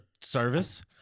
service